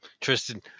tristan